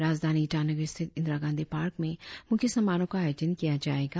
राजधानी ईटानगर स्थित इंदिरा गांधी पार्क में मुख्य समारोह का आयोजन किया जाएगा